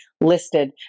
listed